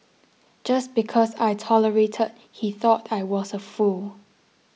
just because I tolerated he thought I was a fool